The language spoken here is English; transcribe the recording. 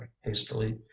hastily